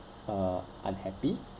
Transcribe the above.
uh unhappy